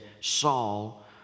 Saul